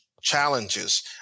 challenges